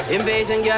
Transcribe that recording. Invasion